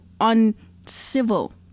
uncivil